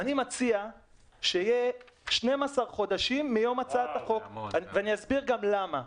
אני מציע 12 חודשים מיום הצעת החוק ואני אסביר גם למה.